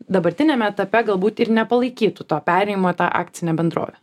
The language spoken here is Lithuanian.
dabartiniame etape galbūt ir nepalaikytų to perėjimo tą akcinę bendrovę